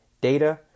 data